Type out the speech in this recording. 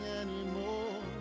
anymore